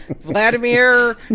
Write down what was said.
Vladimir